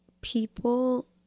people